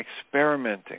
Experimenting